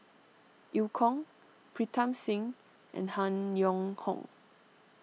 Eu Kong Pritam Singh and Han Yong Hong